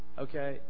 Okay